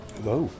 Hello